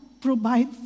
provide